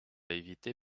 éviter